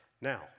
Now